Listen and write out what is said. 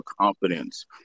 confidence